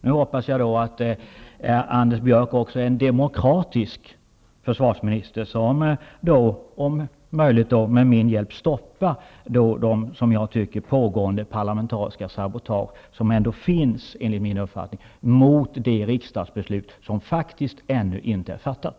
Jag hoppas att Anders Björck också är en demokratisk försvarsminister, som, om möjligt med min hjälp, stoppar de pågående parlamentariska sabotage som enligt min uppfattning ändå riktas mot det riksdagsbeslut som faktiskt ännu inte är fattat.